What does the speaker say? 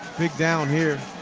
down here.